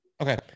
Okay